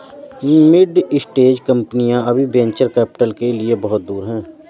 mid stage कंपनियां अभी venture capital के लिए बहुत दूर हैं